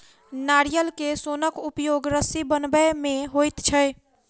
नारियल के सोनक उपयोग रस्सी बनबय मे होइत छै